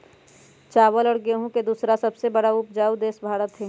चावल और गेहूं के दूसरा सबसे बड़ा उपजाऊ देश भारत हई